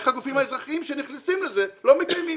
איך הגופים האזרחיים שנכנסים לזה לא מקיימים.